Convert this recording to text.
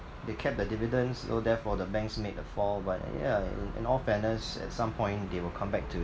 they capped the dividends so therefore the banks made a fall but yeah in in all fairness at some point they will come back to